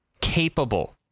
capable